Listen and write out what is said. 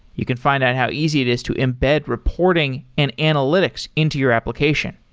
you can find out how easy it is to embed reporting and analytics into your application.